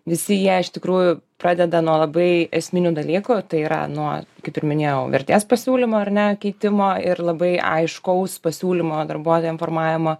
visi jie iš tikrųjų pradeda nuo labai esminių dalykų tai yra nuo kaip ir minėjau vertės pasiūlymo ar ne keitimo ir labai aiškaus pasiūlymo darbuotojam formavimo